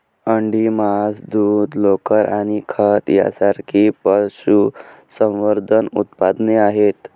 अंडी, मांस, दूध, लोकर आणि खत यांसारखी पशुसंवर्धन उत्पादने आहेत